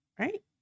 right